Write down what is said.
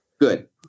Good